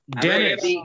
Dennis